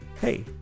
Hey